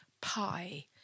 pie